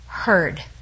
Heard